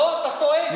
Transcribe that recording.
לא, אתה טועה.